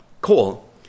coal